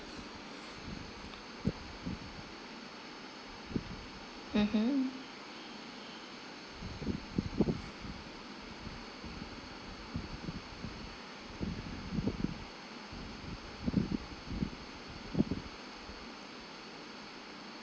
mmhmm